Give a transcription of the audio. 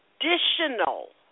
additional